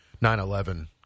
9-11